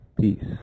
Peace